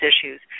issues